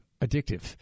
addictive